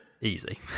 easy